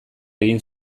egin